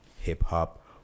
hip-hop